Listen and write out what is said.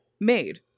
made